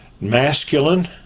masculine